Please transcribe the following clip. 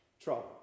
trouble